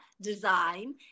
design